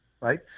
right